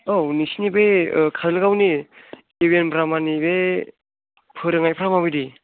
औ नोंसिनि बे काजलगावनि इउ एन ब्रह्मनि बे फोरोंनायफ्रा माबायदि